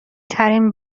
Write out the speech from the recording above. ترین